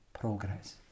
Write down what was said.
progress